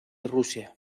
rusia